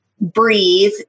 breathe